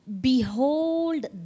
Behold